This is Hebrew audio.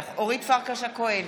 אינו נוכח אורית פרקש הכהן,